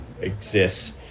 exists